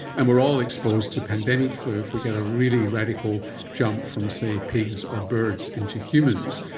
and we are all exposed to pandemic flu if we get a really radical jump from, say, pigs or birds into humans.